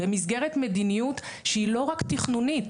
במסגרת מדיניות שהיא לא רק תכנונית,